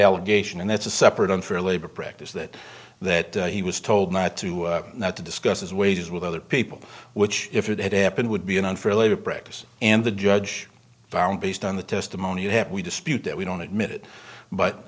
allegation and that's a separate unfair labor practice that that he was told not to not to discuss his wages with other people which if it had happened would be an unfair labor practice and the judge found based on the testimony you have we dispute that we don't admit it but